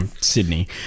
Sydney